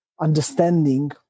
understanding